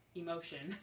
emotion